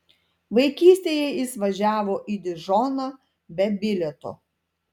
vaikystėje jis važiavo į dižoną be bilieto